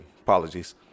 apologies